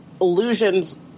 illusions